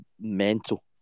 mental